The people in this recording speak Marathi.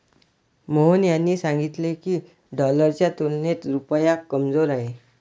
मोहन यांनी सांगितले की, डॉलरच्या तुलनेत रुपया कमजोर आहे